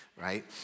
right